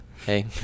Hey